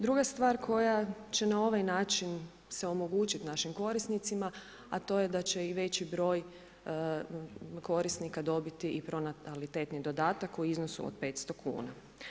Druga stvar koja će na ovaj način se omogućiti našim korisnicima, a to je da će i veći broj korisnika dobiti i pronatalitetni dodatak u iznosu od 500 kuna.